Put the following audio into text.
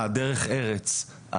הדרך ארץ,